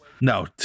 no